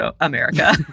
america